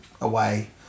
away